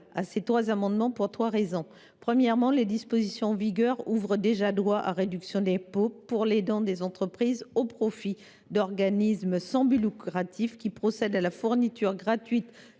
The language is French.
à ces trois amendements, pour trois raisons. Premièrement, les dispositions en vigueur ouvrent déjà droit à réduction d’impôt pour les dons des entreprises au profit d’organismes sans but lucratif qui procèdent à la fourniture gratuite